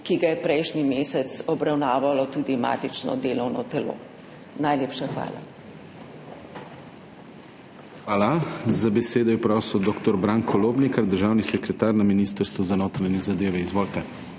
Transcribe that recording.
ki ga je prejšnji mesec obravnavalo tudi matično delovno telo. Najlepša hvala. PODPREDSEDNIK DANIJEL KRIVEC: Hvala. Za besedo je prosil dr. Branko Lobnikar, državni sekretar na Ministrstvu za notranje zadeve. Izvolite.